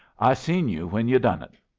i seen you when you done it!